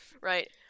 Right